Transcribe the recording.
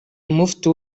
mufti